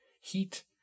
heat